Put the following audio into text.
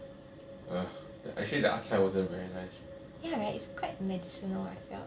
err actually the acai wasn't very nice